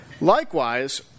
Likewise